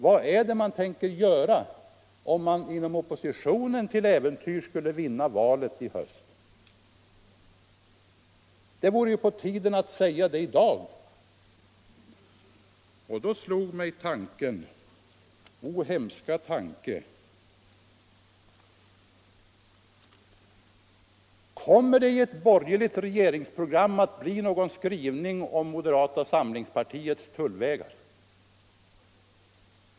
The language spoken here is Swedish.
Vad är det oppositionen tänker göra om den till äventyrs skulle vinna valet i höst? Det vore på tiden att tala om det i dag. kommer det — o, hemska tanke — att i ett borgerligt regeringsprogram finnas någon skrivning om moderata samlingspartiets tullvägar?